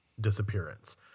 disappearance